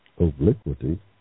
obliquity